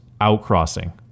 Outcrossing